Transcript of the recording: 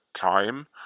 time